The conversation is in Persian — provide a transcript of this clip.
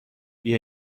بیا